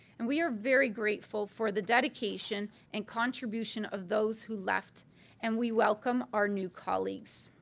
and we are very grateful for the dedication and contributions of those who left and we welcome our new colleagues.